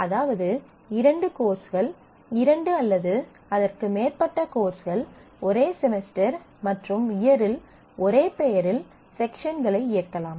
அதாவது இரண்டு கோர்ஸ்கள் இரண்டு அல்லது அதற்கு மேற்பட்ட கோர்ஸ்கள் ஒரே செமஸ்டர் மற்றும் இயரில் ஒரே பெயரில் செக்ஷன்களை இயக்கலாம்